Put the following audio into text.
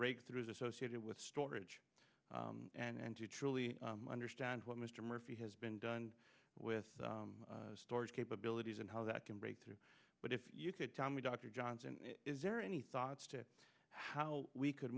breakthroughs associated with storage and to truly understand what mr murphy has been done with storage capabilities and how that can break through but if you could tell me dr johnson is there any thoughts to how we could